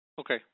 Okay